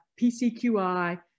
PCQI